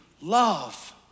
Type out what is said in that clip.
love